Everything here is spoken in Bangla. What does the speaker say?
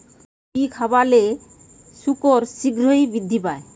কি খাবালে শুকর শিঘ্রই বৃদ্ধি পায়?